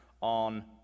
on